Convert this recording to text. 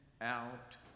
out